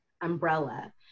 umbrella